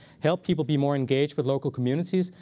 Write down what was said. help people be more engaged with local communities,